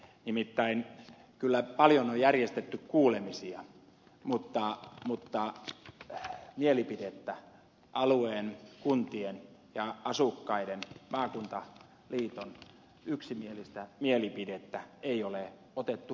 nimittäin kyllä paljon on järjestetty kuulemisia mutta alueen kuntien asukkaiden ja maakuntaliiton yksimielistä mielipidettä ei ole otettu huomioon